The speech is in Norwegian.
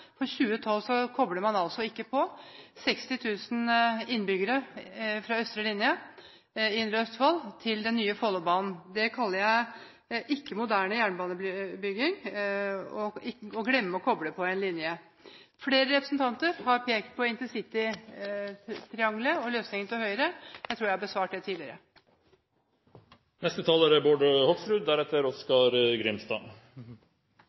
For 2012 kobler man altså ikke på 60 000 innbyggere fra østre linje, Indre Østfold, på den nye Follobanen. Det å glemme å koble på en linje kaller ikke jeg moderne jernbanebygging. Flere representanter har pekt på intercitytrianglet og løsningen til Høyre. Jeg tror jeg har besvart det tidligere. Representanten Bård Hoksrud